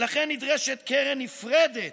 לכן נדרשת קרן נפרדת,